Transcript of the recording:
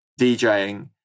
DJing